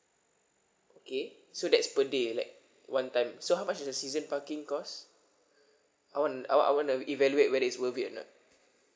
okay so that's per day like one time so how much does a season parking costs I want I I want to evaluate whether it's worth it or not